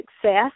success